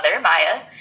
Maya